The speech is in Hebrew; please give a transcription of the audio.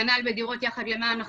כנ"ל בדירות יחד למען החייל,